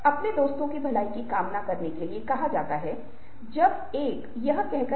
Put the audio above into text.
आप एक अभिमानी मुद्रा अपना सकते हैं आप एक विध्वंसक मुद्रा दे सकते हैं